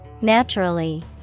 Naturally